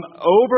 Over